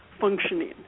functioning